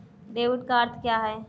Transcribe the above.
Debit का अर्थ क्या है?